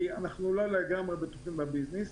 כי אנחנו לא לגמרי בטוחים בביזנס.